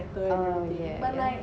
oh yeah